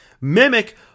mimic